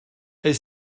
est